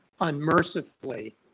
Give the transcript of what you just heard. unmercifully